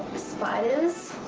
spiders!